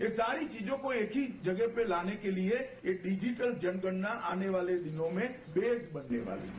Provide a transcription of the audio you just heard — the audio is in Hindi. ये सारी चीजों को एक ही जगह पे लाने के लिए एक डिजिटल जनगणना आने वाले दिनों में बेस बनने वाली है